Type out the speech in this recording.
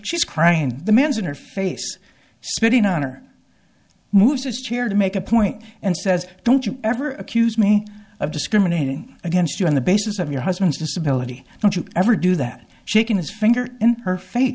she's crying the man's in her face spitting on or moves his chair to make a point and says don't you ever accuse me of discriminating against you on the basis of your husband's disability don't you ever do that shaking his finger in her face